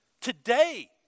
Today